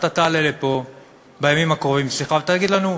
אתה תעלה לפה בימים הקרובים, תגיד לנו: